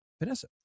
Vanessa